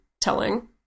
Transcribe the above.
telling